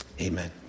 amen